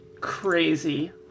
crazy